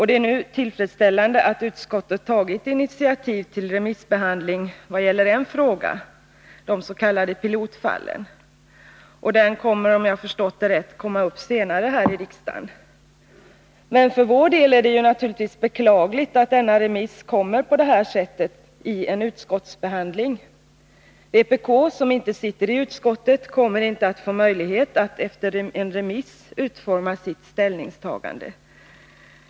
Det är dock tillfredsställande att utskottet tagit initiativ till remissbehandling vad gäller en fråga, nämligen de s.k. pilotfallen. Den frågan kommer, om jag förstått det rätt, att behandlas senare här i riksdagen. För vår del är det naturligtvis beklagligt att denna remiss kommer till stånd på det sättet, i en utskottsbehandling. Vpk, som inte sitter i utskottet, kommer inte att få möjlighet att efter en remiss utforma sitt ställningstagande.